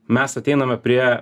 mes ateiname prie